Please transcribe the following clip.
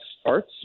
starts